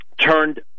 turned